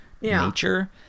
nature